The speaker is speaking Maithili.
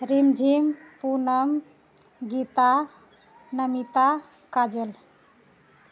रिमझिम पूनम गीता नमिता काजल